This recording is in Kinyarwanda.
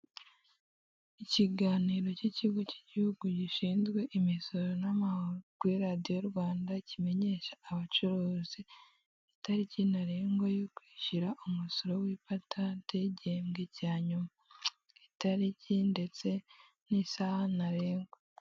Ikiganiro k'ikigo k'igihugu gishinzwe imisoro n'amahoro kuri radio Rwanda kimenyesha abacuruzi itariki ntarengwa yo kwishyura umusoro w'ipatanti y'igihembwe cya nyuma. Itariki ndetse n'isaha ntarengwa.